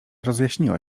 rozjaśniła